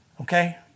Okay